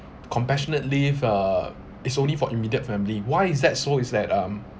compassionate leave uh it's only for immediate family why is that so is that um